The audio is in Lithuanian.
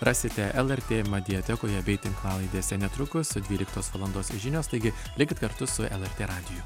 rasite lrt madiatekoje bei tinklalaidėse netrukus dvyliktos valandos žinios taigi likit kartu su lrt radiju